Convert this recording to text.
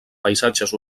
paisatges